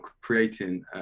creating